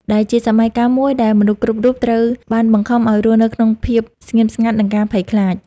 ដែលជាសម័យកាលមួយដែលមនុស្សគ្រប់រូបត្រូវបានបង្ខំឲ្យរស់ក្នុងភាពស្ងៀមស្ងាត់ និងការភ័យខ្លាច។